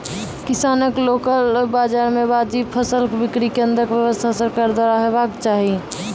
किसानक लोकल बाजार मे वाजिब फसलक बिक्री केन्द्रक व्यवस्था सरकारक द्वारा हेवाक चाही?